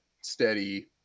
steady